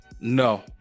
no